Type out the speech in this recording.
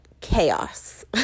chaos